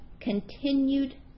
continued